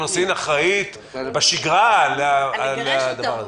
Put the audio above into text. רשות האוכלוסין אחראית בשגרה לדבר הזה.